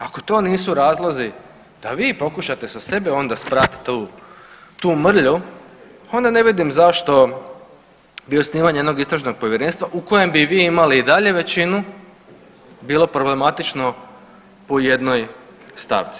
Ako to nisu razlozi da vi pokušate sa sebe onda sprati tu mrlju onda ne vidim zašto bi osnivanje jednog istražnog povjerenstva u kojem bi vi imali i dalje većinu, bilo problematično po jednoj stavci.